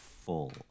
full